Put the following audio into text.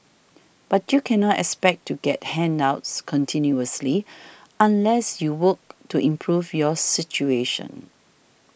but you cannot expect to get handouts continuously unless you work to improve your situation